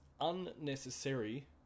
unnecessary